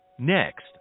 Next